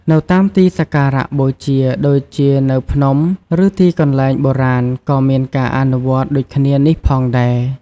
នៅតាមទីសក្ការៈបូជាដូចជានៅភ្នំ ឬទីកន្លែងបុរាណក៏មានការអនុវត្តដូចគ្នានេះផងដែរ។